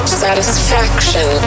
satisfaction